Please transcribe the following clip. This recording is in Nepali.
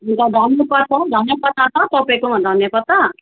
अन्त धनियापत्ता धनियापत्ता छ तपाईँकोमा धनियापत्ता